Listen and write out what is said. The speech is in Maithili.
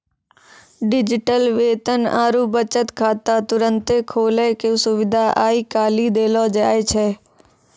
डिजिटल वेतन आरु बचत खाता तुरन्ते खोलै के सुविधा आइ काल्हि देलो जाय छै